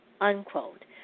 unquote